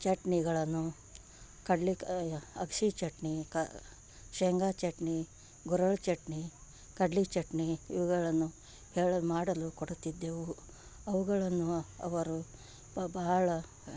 ಚಟ್ನಿಗಳನ್ನು ಕಡ್ಲೆಕಾಯಿ ಅಗ್ಸೆ ಚಟ್ನಿ ಕಾ ಶೇಂಗಾ ಚಟ್ನಿ ಗುರೆಳ್ಳು ಚಟ್ನಿ ಕಡ್ಲೆ ಚಟ್ನಿ ಇವುಗಳನ್ನು ಹೇಳಿ ಮಾಡಲು ಕೊಡುತ್ತಿದ್ದೆವು ಅವುಗಳನ್ನು ಅವರು ಬಹಳ